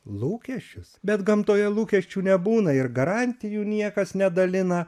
lūkesčius bet gamtoje lūkesčių nebūna ir garantijų niekas nedalina